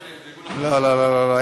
לא, לא, לא.